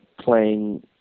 playing